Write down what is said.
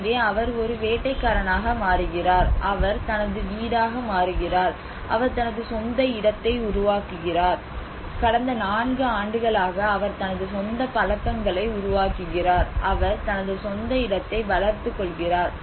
எனவே அவர் ஒரு வேட்டைக்காரனாக மாறுகிறார் அவர் தனது வீடாக மாறுகிறார் அவர் தனது சொந்த இடத்தை உருவாக்குகிறார் கடந்த 4 ஆண்டுகளாக அவர் தனது சொந்த பழக்கங்களை உருவாக்குகிறார் அவர் தனது சொந்த இடத்தை வளர்த்துக் கொள்கிறார்